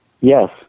Yes